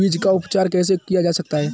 बीज का उपचार कैसे किया जा सकता है?